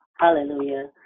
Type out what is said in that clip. Hallelujah